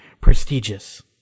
prestigious